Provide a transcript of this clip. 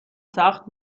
سخت